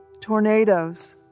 tornadoes